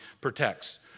protects